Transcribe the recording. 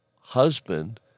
husband